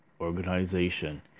organization